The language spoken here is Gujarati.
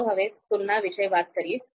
ચાલો હવે તુલના વિશે વાત કરીએ